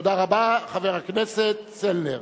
תודה רבה, חבר הכנסת צלנר.